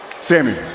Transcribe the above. Sammy